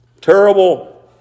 Terrible